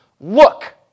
Look